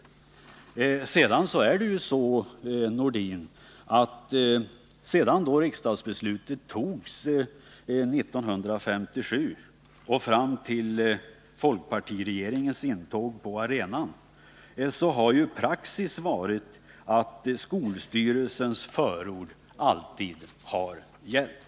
Från tiden efter det att riksdagsbeslutet fattades 1957 och fram till folkpartiregeringens intåg på arenan har praxis varit att skolstyrelsens förord alltid har gällt.